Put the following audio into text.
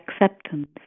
acceptance